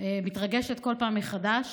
מתרגשת כל פעם מחדש